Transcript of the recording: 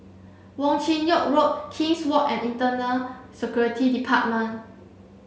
wong Chin Yoke Road King's Walk and Internal Security Department